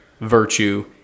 virtue